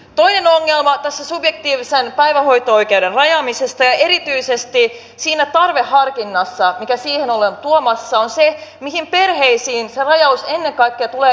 toinen ongelma tässä subjektiivisen päivähoito oikeuden rajaamisessa ja erityisesti siinä tarveharkinnassa mikä siihen ollaan tuomassa on se mihin perheisiin se rajaus ennen kaikkea tulee kohdistumaan